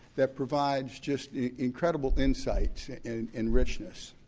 that provides just incredible insights and and richness.